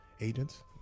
agents